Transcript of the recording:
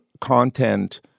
content